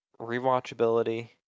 Rewatchability